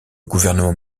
gouvernement